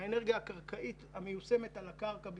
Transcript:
האנרגיה הקרקעית המיושמת על הקרקע בישראל,